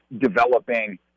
developing